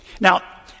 Now